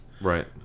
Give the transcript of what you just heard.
Right